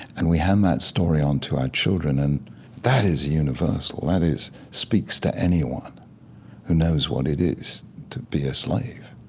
and we hand that story on to our children and that is a universal. that speaks to anyone who knows what it is to be a slave,